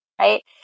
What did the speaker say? right